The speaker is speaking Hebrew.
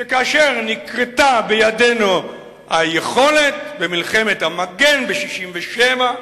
כאשר נקרתה בידינו היכולת, במלחמת המגן ב-1967,